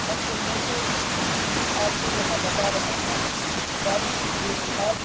ہم ان میں سے کچھ ہی آپ کو یہاں بتا رہے ہیں بالوں کی دیکھ بھال